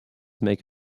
make